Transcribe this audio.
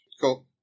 cool